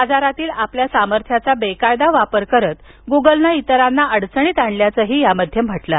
बाजारातील आपल्या सामर्थ्याचा बेकायदा वापर करत गुगलनं इतरांना अडचणीत आणल्याचंही आरोपात म्हटलं आहे